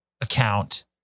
account